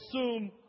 assume